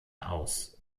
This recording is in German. aus